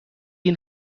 این